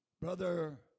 Brother